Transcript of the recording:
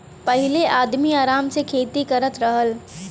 पहिले आदमी आराम से खेती करत रहल